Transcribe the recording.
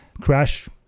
crash